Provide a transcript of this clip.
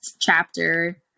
chapter